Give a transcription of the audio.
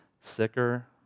sicker